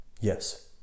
yes